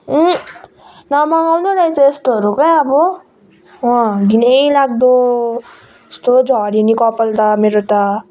नमगाउनु रहेछ यस्तोहरू के अब घिनै लाग्दो यस्तो झर्यो नि कपाल त मेरो त